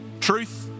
Truth